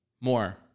More